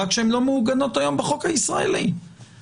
רק שהן לא מעוגנות היום בחוק הישראלי והן